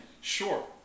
sure